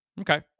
Okay